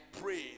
pray